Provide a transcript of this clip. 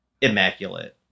immaculate